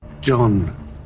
John